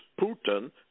Putin